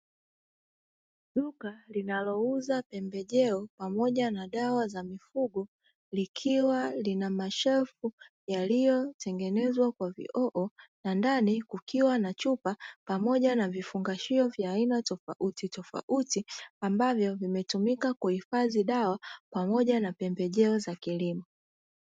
Duka linalouza pembejeo pamoja na dawa za mifugo, likiwa lina mashelfu yaliyotengenezwa kwa vioo na ndani kukiwa na chupa pamoja na vifungashio tofautitofauti, ambavyo vimetumika kuhifadhi dawa pamoja na pembejeo za kilimo.